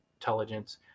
intelligence